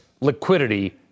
liquidity